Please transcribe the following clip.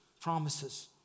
promises